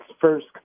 first